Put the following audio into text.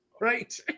right